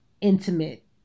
intimate